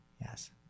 yes